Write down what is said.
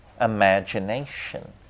imagination